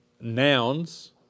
nouns